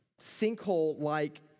sinkhole-like